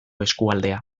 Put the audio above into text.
eskualdea